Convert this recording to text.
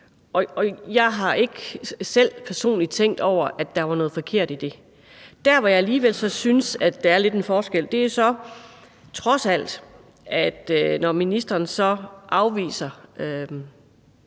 og jeg har ikke selv personligt tænkt over, at der var noget forkert i det. Der, hvor jeg så alligevel synes, at der er lidt uenighed, er der, hvor ministeren på skrift,